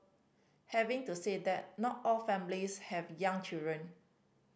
having to say that not all families have young children